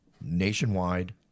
nationwide